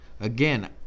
Again